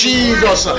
Jesus